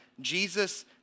Jesus